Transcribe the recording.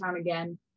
again